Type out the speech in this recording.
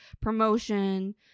promotion